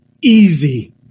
easy